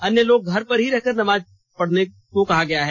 अन्य लोगों से घर पर ही रहकर नमाज पढ़ने को कहा गया है